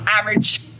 average